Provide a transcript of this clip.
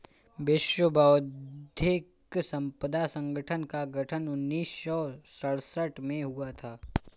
विश्व बौद्धिक संपदा संगठन का गठन उन्नीस सौ सड़सठ में हुआ था